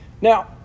Now